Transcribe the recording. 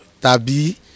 Tabi